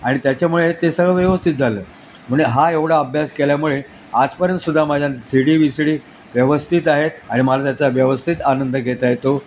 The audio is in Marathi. आणि त्याच्यामुळे ते सगळं व्यवस्थित झालं म्हणजे हा एवढा अभ्यास केल्यामुळे आजपर्यंतसुद्धा माझ्या CD VCD व्यवस्थित आहेत आणि मला त्याचा व्यवस्थित आनंद घेता येतो